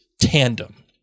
tandem